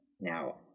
Now